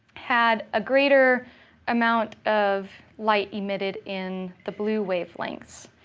had a greater amount of light emitted in the blue wavelengths.